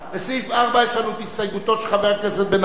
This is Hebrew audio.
לסעיף 4 יש לנו הסתייגותו של חבר הכנסת בן-ארי,